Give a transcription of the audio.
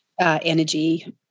energy